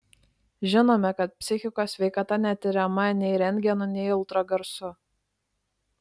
žinome kad psichikos sveikata netiriama nei rentgenu nei ultragarsu